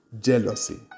jealousy